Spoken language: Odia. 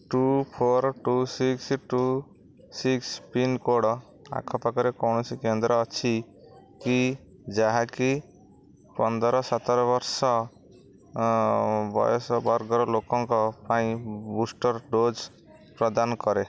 two four two six two six pincode ଆଖପାଖରେ କୌଣସି କେନ୍ଦ୍ର ଅଛି କି ଯାହାକି ପନ୍ଦର ସତର ବର୍ଷ ବୟସ ବର୍ଗର ଲୋକଙ୍କ ପାଇଁ ବୁଷ୍ଟର୍ ଡୋଜ୍ ପ୍ରଦାନ କରେ